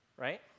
right